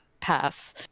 pass